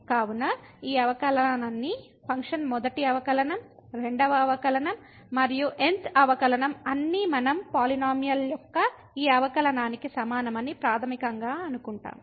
కావున ఈ అవకలనాలన్నీ ఫంక్షన్ మొదటి అవకలనం రెండవ అవకలనం మరియు nth అవకలనం అన్నీ మనం పాలినోమియల్యొక్క ఈ అవకలనానికి సమానమని ప్రాథమికంగా అనుకుంటాము